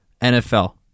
NFL